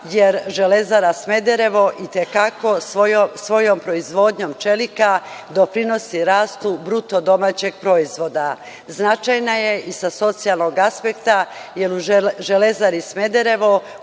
jer „Železara Smederevo“ itekako svojom proizvodnjom čelika doprinosi rastu BDP. Značajna je i sa socijalnog aspekta, jer u „Železari Smederevo“